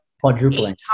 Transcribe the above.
quadrupling